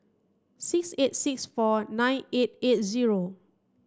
six eight six four nine eight eight zero